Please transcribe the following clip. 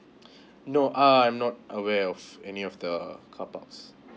no uh I'm not aware of any of the carparks